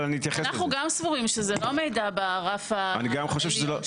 אנחנו גם סבורים שזה לא מידע ברף העליון.